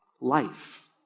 life